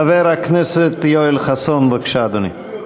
חבר הכנסת יואל חסון, בבקשה, אדוני.